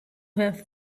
have